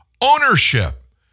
ownership